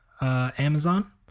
Amazon